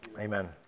Amen